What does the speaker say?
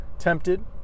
tempted